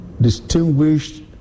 distinguished